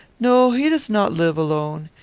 no, he does not live alone.